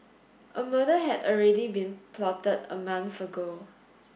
a murder had already been plotted a month ago